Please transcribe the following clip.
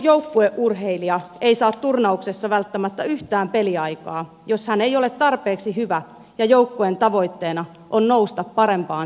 nuori joukkueurheilija ei saa turnauksessa välttämättä yhtään peliaikaa jos hän ei ole tarpeeksi hyvä ja joukkueen tavoitteena on nousta parempaan sarjaan